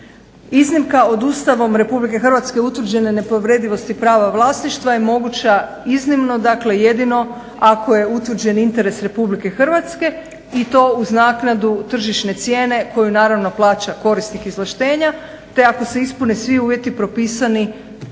Iznimka od Ustavom Republike Hrvatske utvrđene nepovredivosti prava vlasništva je moguća iznimno, dakle jedino ako je utvrđen interes Republike Hrvatske i to uz naknadu tržišne cijene koju naravno plaća korisnik izvlaštenja, te ako se ispune svi uvjeti propisani